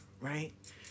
right